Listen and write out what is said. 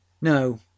No